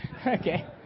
Okay